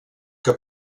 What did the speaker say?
que